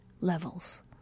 levels